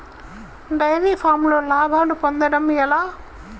Dairy ఫామ్లో లాభాలు పొందడం ఎలా?